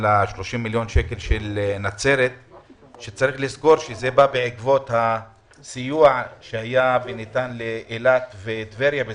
ה-30 מיליון שקל לנצרת אושרו בעקבות הסיוע שניתן בזמנו לאילת ולטבריה.